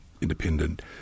independent